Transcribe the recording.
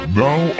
now